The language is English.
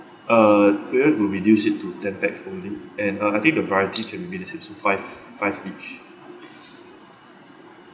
uh we have to reduce it to ten pax only and uh I think the variety can be made to divide five five each